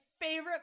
favorite